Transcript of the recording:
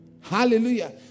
Hallelujah